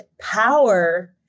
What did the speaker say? power